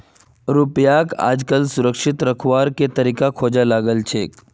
रुपयाक आजकल सुरक्षित रखवार के तरीका खोजवा लागल छेक